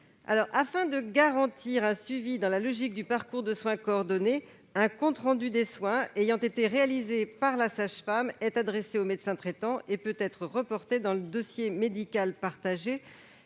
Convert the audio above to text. Afin de garantir un suivi, dans la logique du parcours de soins coordonnés, un compte rendu des soins réalisés par la sage-femme sera adressé au médecin traitant et pourra être reporté dans le dossier médical partagé